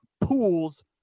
pools